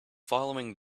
following